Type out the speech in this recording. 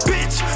Bitch